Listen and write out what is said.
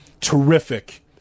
terrific